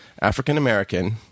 African-American